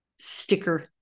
sticker